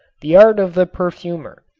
the art of the perfumer,